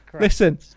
listen